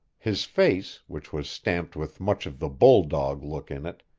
his face, which was stamped with much of the bulldog look in it,